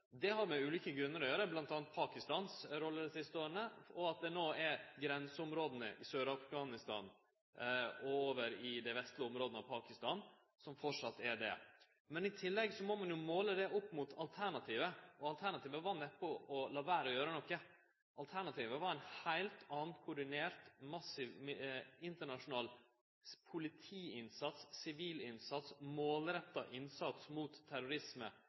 har med ulike grunnar å gjere, bl.a. Pakistan si rolle dei siste åra og at det no er grenseområda i Sør-Afghanistan og over i dei vestlege områda av Pakistan som framleis er det. Men i tillegg må ein måle det opp mot alternativet. Alternativet var neppe å la vere å gjere noko. Alternativet var ein heilt annan, koordinert, massiv internasjonal politiinnsats, sivilinnsats og målretta innsats mot terrorisme,